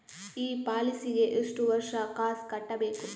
ಈ ಪಾಲಿಸಿಗೆ ಎಷ್ಟು ವರ್ಷ ಕಾಸ್ ಕಟ್ಟಬೇಕು?